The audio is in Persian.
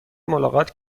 ملاقات